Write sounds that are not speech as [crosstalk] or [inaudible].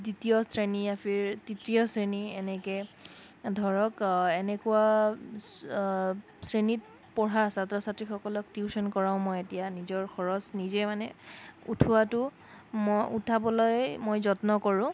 দ্ৱিতীয় শ্ৰেণীৰ [unintelligible] তৃতীয় শ্ৰেণীৰ এনেকৈ ধৰক এনেকুৱা শ্ৰেণীত পঢ়া ছাত্ৰ ছাত্ৰী সকলক টিউচন কৰাওঁ মই এতিয়া নিজৰ খৰচ নিজে মানে উঠোৱাটো মই উঠাবলৈ মই যত্ন কৰোঁ